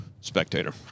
spectator